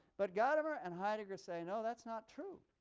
but gadamer and heidegger say, no, that's not true.